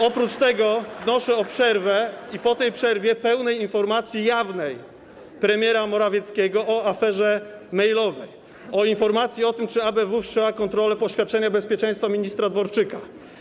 Oprócz tego wnoszę o przerwę i - po tej przerwie - pełną informację jawną premiera Morawieckiego o aferze mailowej, informację o tym, czy ABW wszczęła kontrolę poświadczenia bezpieczeństwa ministra Dworczyka.